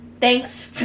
Thanks